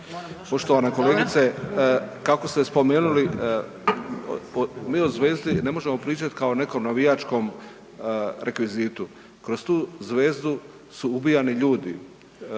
Poštovana kolegice, kako ste spomenuli, mi o zvijezdi ne možemo pričati kao nekom navijačkom rekvizitu. Kroz tu zvezdu su ubijani ljudi,